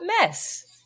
mess